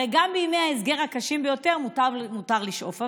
הרי גם בימי ההסגר הקשים ביותר מותר לשאוף אוויר,